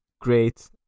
great